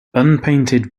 unpainted